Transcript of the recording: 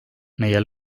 meie